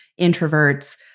introverts